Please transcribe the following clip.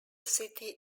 city